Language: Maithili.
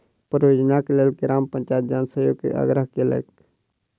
परियोजनाक लेल ग्राम पंचायत जन सहयोग के आग्रह केलकै